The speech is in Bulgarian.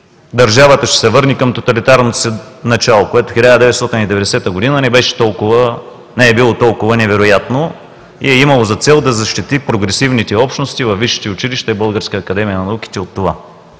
държавата ще се върне към тоталитарното си начало, което 1990 г. не е било толкова невероятно, и е имало за цел да защити прогресивните общности във висшите училища и Българската академия на науките от това.